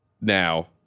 now